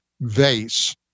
vase